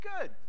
good